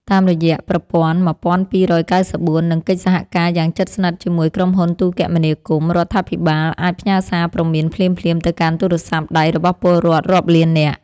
តាមរយៈប្រព័ន្ធ ១២៩៤ និងកិច្ចសហការយ៉ាងជិតស្និទ្ធជាមួយក្រុមហ៊ុនទូរគមនាគមន៍ រដ្ឋាភិបាលអាចផ្ញើសារព្រមានភ្លាមៗទៅកាន់ទូរស័ព្ទដៃរបស់ពលរដ្ឋរាប់លាននាក់។